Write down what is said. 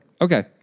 Okay